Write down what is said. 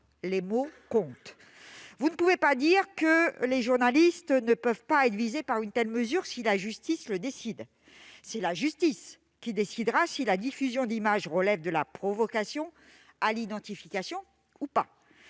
les mots comptent. Vous ne pouvez pas dire que les journalistes ne peuvent pas être visés par une telle mesure si la justice en décide autrement ! C'est la justice qui décidera si la diffusion d'images relève de la provocation à l'identification ou pas.